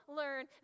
learn